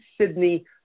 Sydney